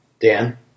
Dan